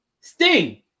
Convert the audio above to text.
Sting